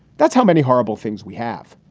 that's how many horrible things we have,